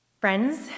Friends